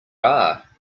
are